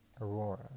Aurora